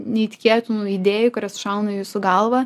neįtikėtinų idėjų kurios šauna į jūsų galvą